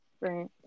Right